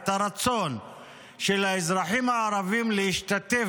את הרצון של האזרחים הערבים להשתתף